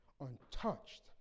untouched